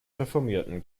reformierten